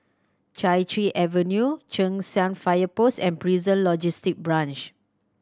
Chai Chee Avenue Cheng San Fire Post and Prison Logistic Branch